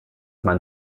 man